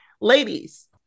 Ladies